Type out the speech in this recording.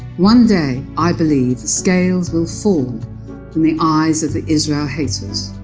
one day i believe the scales will fall from the eyes of the israel haters,